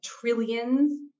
trillions